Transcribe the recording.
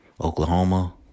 Oklahoma